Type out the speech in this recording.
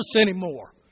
anymore